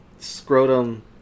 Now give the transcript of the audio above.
Scrotum